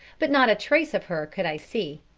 but not a trace of her could i see,